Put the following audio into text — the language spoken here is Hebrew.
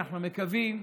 אנחנו מקווים